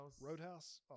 Roadhouse